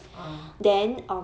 ah